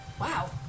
wow